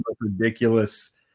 ridiculous